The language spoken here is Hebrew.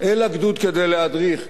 אל הגדוד כדי להדריך,